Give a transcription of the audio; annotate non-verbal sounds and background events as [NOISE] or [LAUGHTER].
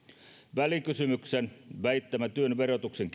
välikysymyksen väittämä työn verotuksen [UNINTELLIGIBLE]